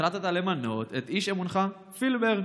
החלטת למנות את איש אמונך פילבר,